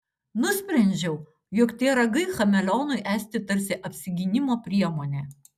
nusprendžiau jog tie ragai chameleonui esti tarsi apsigynimo priemonė